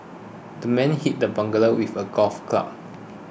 the man hit the burglar with a golf club